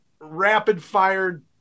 rapid-fired